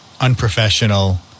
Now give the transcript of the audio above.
unprofessional